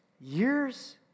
years